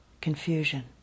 confusion